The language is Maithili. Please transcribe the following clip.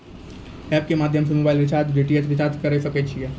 एप के माध्यम से मोबाइल रिचार्ज ओर डी.टी.एच रिचार्ज करऽ सके छी यो?